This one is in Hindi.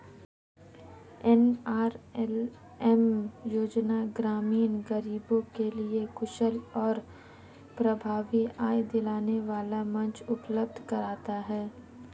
एन.आर.एल.एम योजना ग्रामीण गरीबों के लिए कुशल और प्रभावी आय दिलाने वाला मंच उपलब्ध कराता है